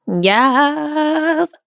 Yes